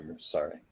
Sorry